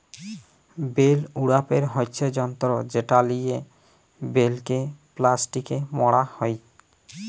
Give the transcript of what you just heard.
bell উড়াপের হচ্যে যন্ত্র যেটা লিয়ে বেলকে প্লাস্টিকে মড়া হ্যয়